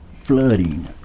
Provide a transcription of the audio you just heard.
Flooding